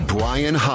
Brian